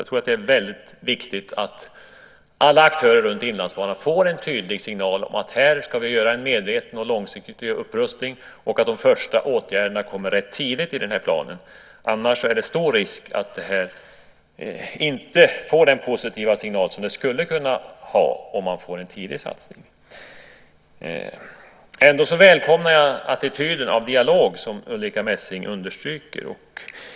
Jag tror att det är väldigt viktigt att alla aktörer runt Inlandsbanan får en tydlig signal om att vi här ska göra en medveten och långsiktig upprustning och att de första åtgärderna kommer rätt tidigt i den här planen. Annars är det stor risk att det här inte får den positiva signal som det skulle kunna ha om man får en tidig satsning. Ändå välkomnar jag den attityd av dialog som Ulrica Messing understryker.